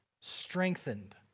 strengthened